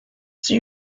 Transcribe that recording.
sie